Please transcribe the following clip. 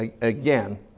again